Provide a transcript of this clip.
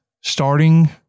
starting